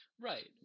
Right